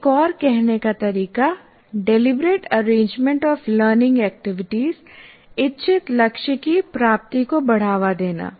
एक और कहने का तरीका deliberate arrangement of learning activities इच्छित लक्ष्य की प्राप्ति को बढ़ावा देना